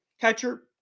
catcher